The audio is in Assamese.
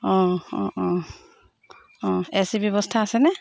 অঁ অঁ অঁ অঁ এ চি ব্যৱস্থা আছেনে